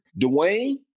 Dwayne